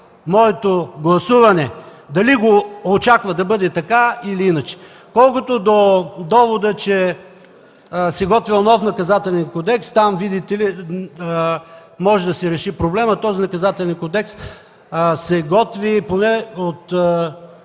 моето гласуване – дали очакват да бъде така, или иначе?” Колкото до довода, че се готвел нов Наказателен кодекс, че там, видите ли, може да се реши проблемът. Този Наказателен кодекс се готви поне от